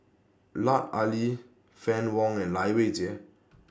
Lut Ali Fann Wong and Lai Weijie